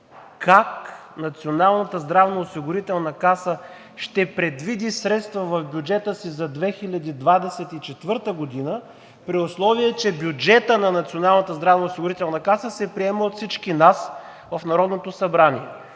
как Националната здравноосигурителна каса ще предвиди средства в бюджета си за 2024 г., при условие че бюджетът на Националната здравноосигурителна каса се приема от всички нас в Народното събрание?